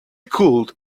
could